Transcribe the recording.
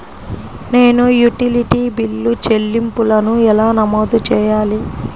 నేను utility bill చెల్లింపులను ఎలా నమోదు చేయాలి?